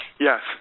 Yes